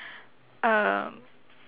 uh